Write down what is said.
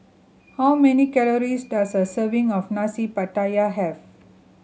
how many calories does a serving of Nasi Pattaya have